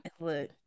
Look